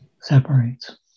separates